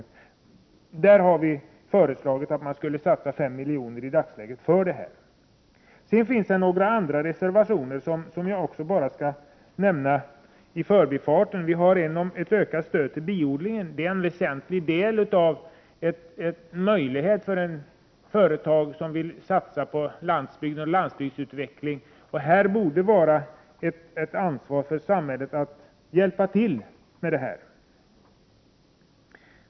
Vi har alltså föreslagit att det skall satsas i dagsläget 5 milj.kr. till detta ändamål. Det finns några andra reservationer som jag skall nämna i förbifarten. Vi har en reservation om ökat stöd till biodlingen, som är en väsentlig del av möjligheterna för ett företag som vill satsa på landsbygden och landsbygdens utveckling. Samhället borde ha ansvar för att hjälpa till med detta.